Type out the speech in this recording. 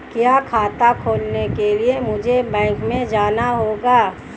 क्या खाता खोलने के लिए मुझे बैंक में जाना होगा?